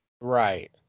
right